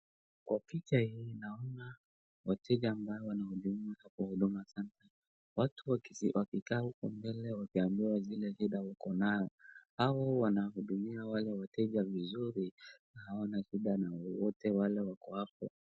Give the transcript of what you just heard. Kwa picha hii naona wateja ambao wanahudumiwa kwa huduma center watu wakikaa huko mbele wakiambiwa zile shida wako nayo hao wanahudumiwa wale wateja vizuri hawana shida na wowote na wale wako hapo.